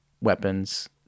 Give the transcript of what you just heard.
weapons